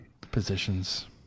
Positions